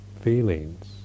feelings